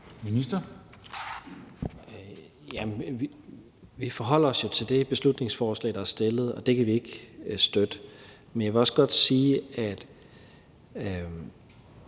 Tesfaye): Vi forholder os jo til det beslutningsforslag, der er fremsat, og det kan vi ikke støtte. Men jeg vil også godt sige, at